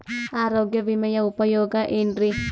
ಆರೋಗ್ಯ ವಿಮೆಯ ಉಪಯೋಗ ಏನ್ರೀ?